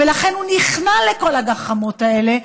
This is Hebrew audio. ולכן הוא נכנע לכל הגחמות האלה,